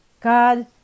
God